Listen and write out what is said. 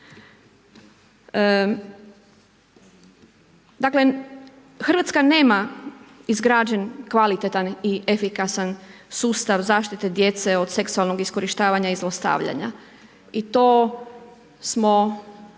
Dakle Hrvatska nema izgrađen kvalitetan i efikasan sustav zaštite djece od seksualnog iskorištavanja i zlostavljanja. I to smo